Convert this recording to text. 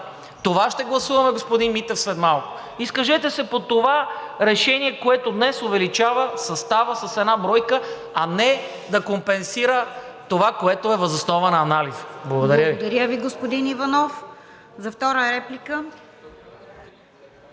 Това ще гласуваме, господин Митев, след малко. Изкажете се по това решение, което днес увеличава състава с една бройка, а не да компенсира това, което е въз основа на анализа. Благодаря Ви. ПРЕДСЕДАТЕЛ РОСИЦА КИРОВА: Благодаря Ви, господин Иванов. За втора реплика